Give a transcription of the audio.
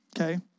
okay